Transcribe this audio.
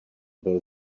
byl